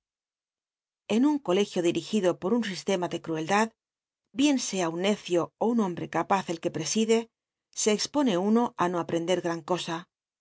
en un colegio dirigido por un sistema de crueldad bien sea uu necio ó un homba c c apaz el c ue prcsidc se expone uno i no aprcndea gran cosa